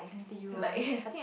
like